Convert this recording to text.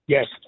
Yes